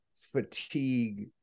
fatigue-